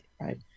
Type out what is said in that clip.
right